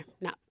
No